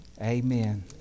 Amen